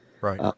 right